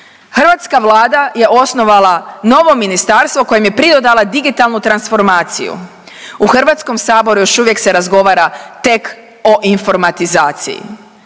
Hrvatska Vlada je osnovala novo ministarstvo kojoj je pridodala digitalnu transformaciju, u HS još uvijek se razgovara tek o informatizaciji,